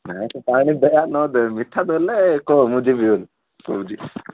ନାଇଁ ତୁ ନ ଦେ ମିଠା ଦେଲେ କହ ମୁଁ ଯିବି ବୋଲି କହୁଛି